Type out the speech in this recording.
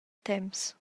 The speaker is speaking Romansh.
temps